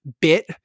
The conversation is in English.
bit